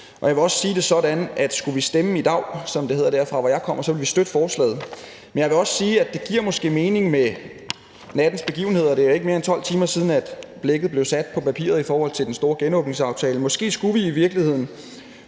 og jeg vil også sige det sådan, at skulle vi stemme i dag, så ville vi støtte forslaget. Men jeg vil også sige, at det med nattens begivenheder måske giver mening – det er jo ikke mere end 12 timer siden, at blækket blev sat på papiret i forhold til den store genåbningsaftale – at vi i virkeligheden